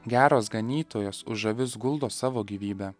geras ganytojas už avis guldo savo gyvybę